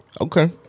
okay